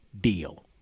deal